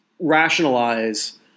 Rationalize